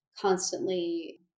constantly